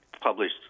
published